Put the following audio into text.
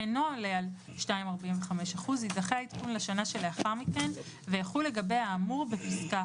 עולה על 2.45% לפי שיעור עליית השכר